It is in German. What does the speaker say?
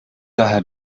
daher